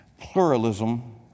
Pluralism